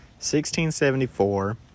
1674